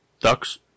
Ducks